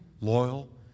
loyal